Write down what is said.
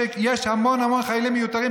שיש המון המון חיילים מיותרים,